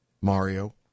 Mario